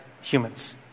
humans